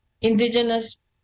indigenous